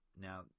Now